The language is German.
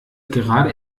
gerade